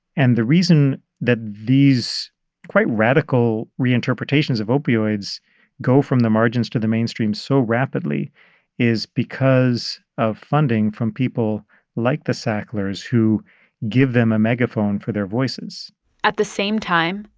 and the reason that these quite radical reinterpretations of opioids go from the margins to the mainstream so rapidly is because of funding from people like the sacklers, who give them a megaphone for their voices at the same time,